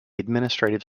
administrative